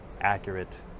accurate